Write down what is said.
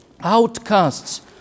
outcasts